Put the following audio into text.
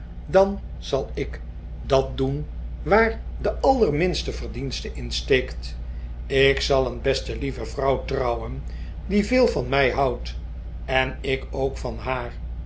dan zal ik dat doen waar de allerminste verdienste in steekt ik zal een beste lieve vrouw trouwen die veel van mij houdt en ik ook van haar